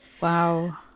Wow